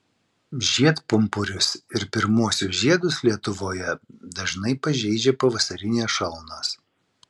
žiedpumpurius ir pirmuosius žiedus lietuvoje dažnai pažeidžia pavasarinės šalnos